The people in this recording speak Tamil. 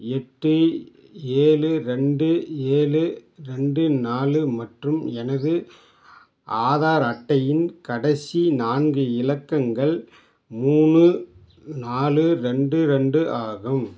எட்டு ஏழு ரெண்டு ஏலு ரெண்டு நாலு மற்றும் எனது ஆதார் அட்டையின் கடைசி நான்கு இலக்கங்கள் மூணு நாலு ரெண்டு ரெண்டு ஆகும்